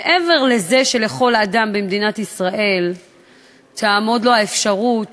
מעבר לזה שכל אדם במדינת ישראל תעמוד לו האפשרות